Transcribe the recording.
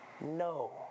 No